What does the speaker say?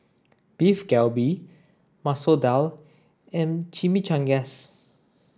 Beef Galbi Masoor Dal and Chimichangas